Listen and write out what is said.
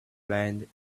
land